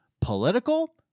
political